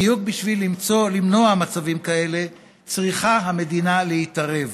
בדיוק בשביל למנוע מצבים כאלה צריכה המדינה להתערב.